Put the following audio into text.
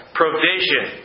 provision